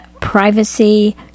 privacy